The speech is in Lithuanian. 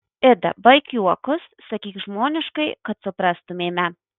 ida baik juokus sakyk žmoniškai kad suprastumėme